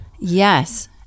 Yes